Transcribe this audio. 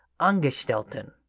Angestellten